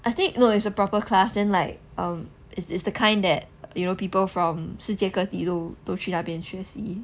I think no it's a proper class then like err it's it's the kind that you know people from 世界各地都都去那边学习